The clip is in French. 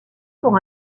pour